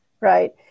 right